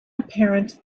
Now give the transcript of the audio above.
apparent